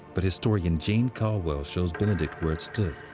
but historian jane calwell shows benedict where it stood.